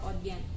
audience